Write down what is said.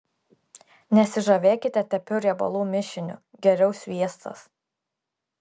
nesižavėkite tepiu riebalų mišiniu geriau sviestas